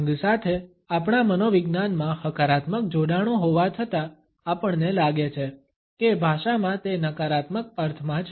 રંગ સાથે આપણા મનોવિજ્ઞાનમાં હકારાત્મક જોડાણો હોવા છતાં આપણને લાગે છે કે ભાષામાં તે નકારાત્મક અર્થમાં છે